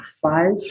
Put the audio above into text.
five